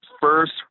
First